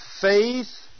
faith